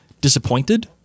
disappointed